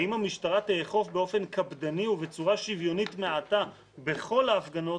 האם המשטרה תאכוף באופן קפדני ובצורה שוויונית מעתה בכל ההפגנות,